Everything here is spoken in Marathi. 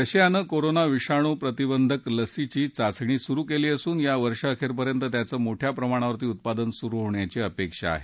रशियानं कोरोना विषाणू प्रतिबंधक लसींची चाचणी सुरू केली असून या वर्षअखेरपर्यंत त्यांचं मोठ्या प्रमाणावर उत्पादन सुरू होण्याची अपेक्षा आहे